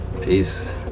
Peace